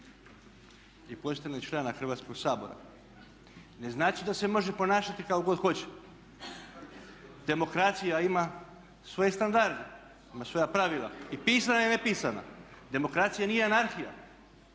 i … člana Hrvatskog sabora ne znači da se može ponašati kako god hoće. Demokracija ima svoje standarde, ima svoja pravila i pisana i nepisana. Demokracija nije anarhija.